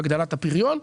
הגדלת הפריון,